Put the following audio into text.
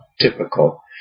typical